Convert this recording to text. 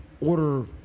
order